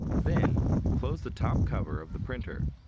then close the top cover of the printer.